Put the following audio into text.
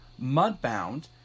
Mudbound